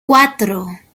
cuatro